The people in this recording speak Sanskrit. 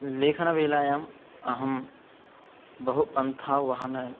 लेखनवेलायाम् अहं बहु पन्थावहन